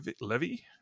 Levy